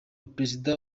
perezida